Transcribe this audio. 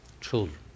children